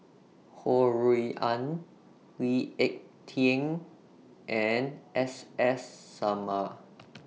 Ho Rui An Lee Ek Tieng and S S Sarma